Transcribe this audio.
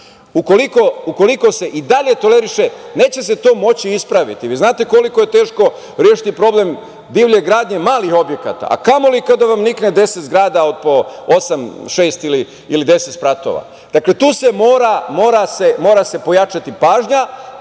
ukoliko se i dalje toleriše, neće se to moći ispraviti. Znate koliko je teško rešiti problem divlje gradnje malih objekata, a kamoli kada vam nikne 10 zgrada od po osam, šest ili deset spratova. Dakle, tu se mora pojačati pažnja.